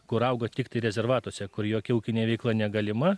kur auga tiktai rezervatuose kur jokia ūkinė veikla negalima